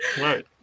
Right